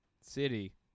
city